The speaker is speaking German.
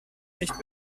nicht